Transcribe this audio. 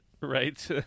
Right